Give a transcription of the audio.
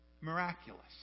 miraculous